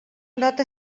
nota